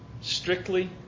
strictly